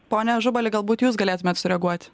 pone ažubali galbūt jūs galėtumėt sureaguoti